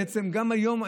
בעצם גם היום,